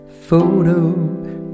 Photo